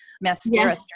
mascara